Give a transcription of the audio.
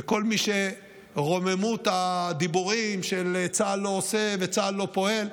וכל מי שרוממות הדיבורים של: צה"ל לא עושה וצה"ל לא פועל,